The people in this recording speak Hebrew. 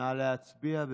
נא להצביע.